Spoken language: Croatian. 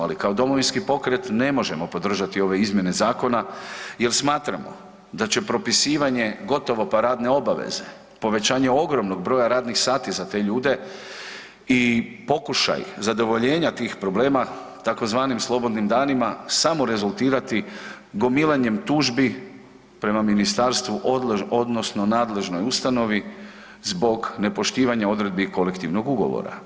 Ali kao Domovinski pokret ne možemo podržati ove izmjene zakona jel smatramo da će propisivanje gotovo pa radne obaveze, povećanje ogromnog broja radnih sati za te ljude i pokušaj zadovoljenja tih problema tzv. slobodnim danima samo rezultirati gomilanjem tužbi prema ministarstvu odnosno nadležnoj ustanovi zbog nepoštivanja odredbi kolektivnog ugovora.